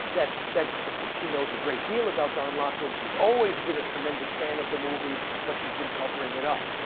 that that she knows a great deal about don lockwood. she's always been a tremendous fan of the movies. but she's been covering it up.